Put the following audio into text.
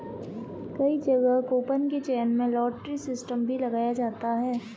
कई जगह कूपन के चयन में लॉटरी सिस्टम भी लगाया जाता है